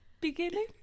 Beginning